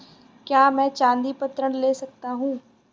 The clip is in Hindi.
क्या मैं चाँदी पर ऋण ले सकता हूँ?